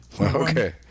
Okay